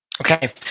Okay